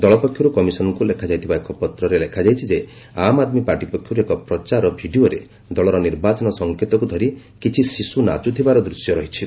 ଦଳ ପକ୍ଷରୁ କମିଶନଙ୍କୁ ଲେଖାଯାଇଥିବା ଏକ ପତ୍ରରେ ଲେଖାଯାଇଛି ଯେ ଆମ୍ ଆଦ୍ମୀ ପାର୍ଟି ପକ୍ଷରୁ ଏକ ପ୍ରଚାର ଭିଡ଼ିଓରେ ଦଳର ନିର୍ବାଚନ ସଂକେତକୁ ଧରି କିଛି ଶିଶୁ ନାଚୁଥିବାର ଦୃଶ୍ୟ ରହିଛି